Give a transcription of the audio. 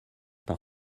par